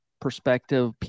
perspective